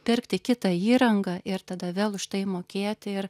pirkti kitą įrangą ir tada vėl už tai mokėti ir